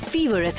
Fever